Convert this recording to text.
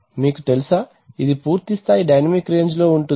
మీకు తెలుసా ఇది పూర్తి స్థాయి డైనమిక్ రేంజ్ లో ఉంటుంది